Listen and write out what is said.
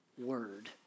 word